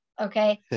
okay